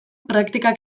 praktikak